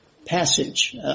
Passage